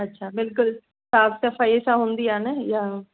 अछा बिल्कुलु साफ़ु सफ़ाई सां हूंदी आहे न इहा